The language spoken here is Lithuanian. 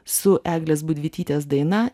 su eglės budvytytės daina